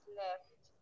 left